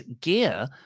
gear